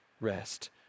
rest